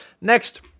Next